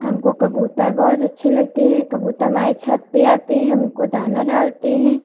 हमको कबूतर बहुत अच्छे लगते हैं कबूतर हमारे छत पे आते हैं हम उनको दाना डालते हैं